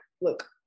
look